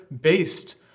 based